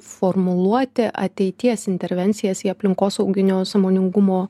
formuluoti ateities intervencijas į aplinkosauginio sąmoningumo